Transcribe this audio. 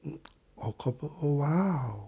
oh corporal oh !wow!